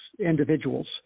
individuals